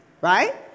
right